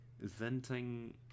Venting